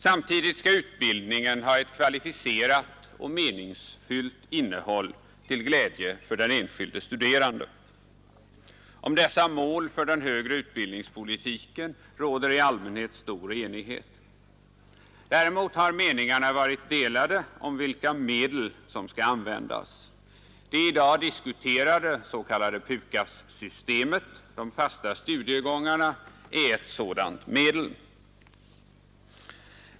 Samtidigt skall utbildningen ha ett kvalificerat och meningsfullt innehåll till glädje för den enskilde studeranden. Om dessa mål för den högre utbildningspolitiken råder i allmänhet stor enighet. Däremot har meningarna varit delade om vilka medel som skall användas. Det i dag diskuterade s.k. PUKAS-systemet, de fasta studiegångarna, är ett sådant medel.